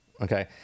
Okay